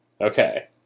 Okay